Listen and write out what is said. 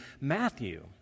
Matthew